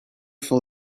for